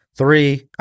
Three